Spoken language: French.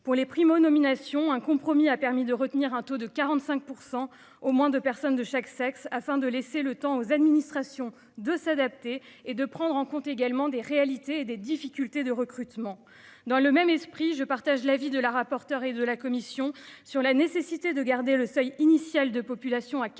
pour les primo-nomination un compromis a permis de retenir un taux de 45% au moins deux personnes de chaque sexe afin de laisser le temps aux administrations de s'adapter et de prendre en compte également des réalités et des difficultés de recrutement dans le même esprit, je partage l'avis de la rapporteure et de la Commission sur la nécessité de garder le seuil initial de population à